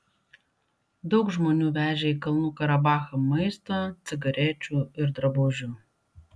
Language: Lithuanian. daug žmonių vežė į kalnų karabachą maisto cigarečių ir drabužių